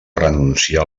renunciar